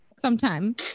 sometime